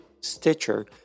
Stitcher